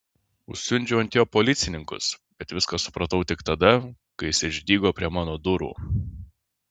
užsiundžiau ant jo policininkus bet viską supratau tik tada kai jis išdygo prie mano durų